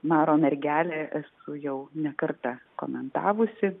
maro mergelė esu jau ne kartą komentavusi